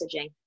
messaging